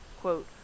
Quote